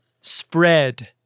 spread